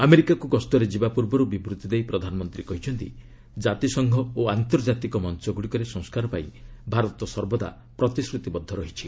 ଆମେରିକାକୁ ଗସ୍ତରେ ଯିବା ପୂର୍ବରୁ ବିବୂତ୍ତି ଦେଇ ପ୍ରଧାନମନ୍ତ୍ରୀ କହିଛନ୍ତି ଜାତିସଂଘ ଓ ଆନ୍ତର୍ଜାତିକ ମଞ୍ଚଗୁଡ଼ିକରେ ସଂସ୍କାର ପାଇଁ ଭାରତ ସର୍ବଦା ପ୍ରତିଶ୍ରତିବଦ୍ଧ ରହିଛି